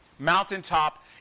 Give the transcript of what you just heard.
mountaintop